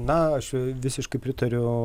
na aš visiškai pritariu